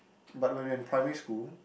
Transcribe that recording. but when we were in primary school